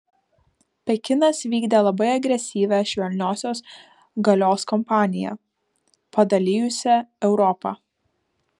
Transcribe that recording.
pekinas vykdė labai agresyvią švelniosios galios kampaniją padalijusią europą